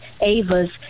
Ava's